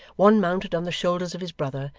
one mounted on the shoulders of his brother,